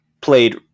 Played